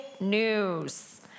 news